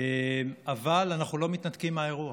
אבל אנחנו לא מתנתקים מהאירוע.